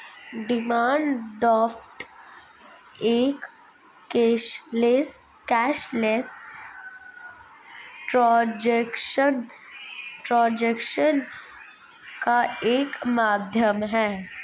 demand draft एक cashless transaction का एक माध्यम है